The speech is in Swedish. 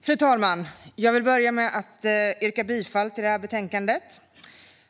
Fru talman! Jag vill börja med att yrka bifall till utskottets förslag i betänkandet.